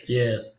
yes